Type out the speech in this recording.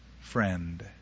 friend